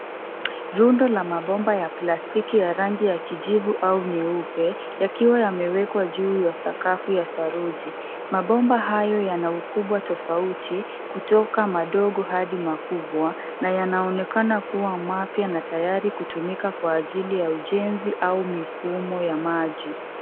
Rundo la mabomba ya plastiki ya rangi ya kijivu au nyeupe yakiwa yamewekwa juu ya sakafu ya saruji. Mabomba hayo yana ukubwa tofauti kutoka madogo hadi makubwa na yanaonekana kuwa mapya na tayari kutumika kwa ajili ya ujenzi au mifumo ya maji.